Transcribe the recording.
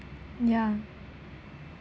yeah